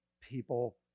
people